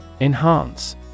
Enhance